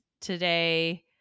today